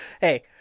Hey